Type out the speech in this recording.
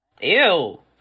Ew